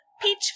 Peach